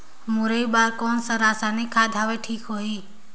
मुरई बार कोन सा रसायनिक खाद हवे ठीक होही?